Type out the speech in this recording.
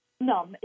No